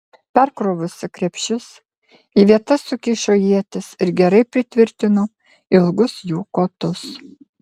perkrovusi krepšius į vietas sukišo ietis ir gerai pritvirtino ilgus jų kotus